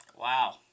Wow